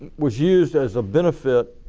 was used as a benefit.